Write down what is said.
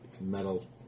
metal